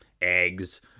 eggs